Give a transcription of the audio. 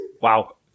Wow